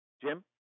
Jim